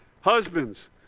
Husbands